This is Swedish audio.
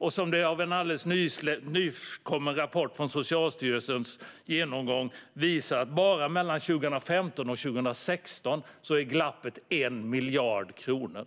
En ny genomgång som gjorts av Socialstyrelsen visar att bara mellan 2015 och 2016 var glappet 1 miljard kronor.